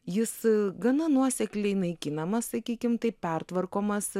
jis gana nuosekliai naikinamas sakykim taip pertvarkomas